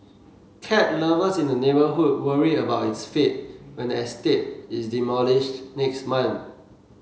cat lovers in the neighbourhood worry about its fate when the estate is demolished next month